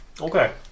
Okay